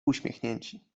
uśmiechnięci